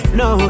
no